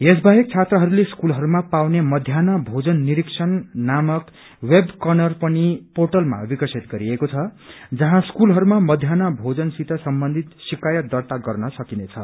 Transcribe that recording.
यस बाहेक छात्रहस्ले स्कूलहरूमा पाउने मध्यान्न भोजन निरीक्षण नामक वेब कर्नर पनि पोर्टलमा विकसित गरिएको छ जहौं स्कूलहरूमा मध्यान्ह मोजन सित सम्बन्धित शिक्रयत दर्त्ता गर्न सकिनेछ